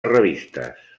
revistes